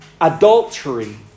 adultery